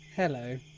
Hello